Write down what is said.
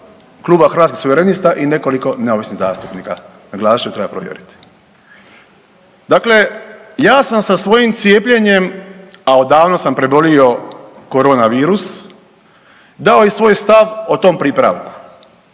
Kluba Hrvatskih suverenista i nekoliko neovisnih zastupnika, naglasit ću treba provjeriti. Dakle, ja sam sa svojim cijepljenjem, a odavno sam prebolio koronavirus dao i svoj stav o tom pripravku.